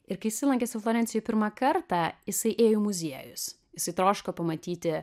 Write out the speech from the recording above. ir kai jisai lankėsi florencijoj pirmą kartą jisai ėjo į muziejus jisai troško pamatyti